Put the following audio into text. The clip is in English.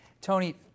Tony